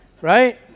right